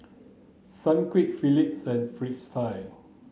Sunquick Phillips and Fristine